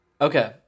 okay